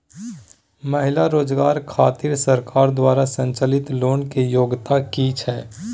महिला रोजगार खातिर सरकार द्वारा संचालित लोन के योग्यता कि छै?